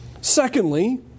Secondly